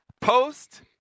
post